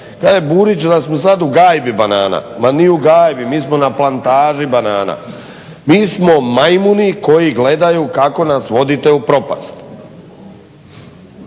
Kaže Burić da smo sad u gajbi banana. Ma ni u gajbi. Mi smo na plantaži banana. Mi smo majmuni koji gledaju kako nas vodite u propast!